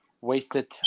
Wasted